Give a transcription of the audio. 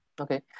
Okay